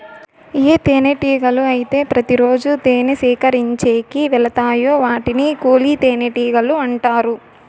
ఏ తేనెటీగలు అయితే ప్రతి రోజు తేనె సేకరించేకి వెలతాయో వాటిని కూలి తేనెటీగలు అంటారు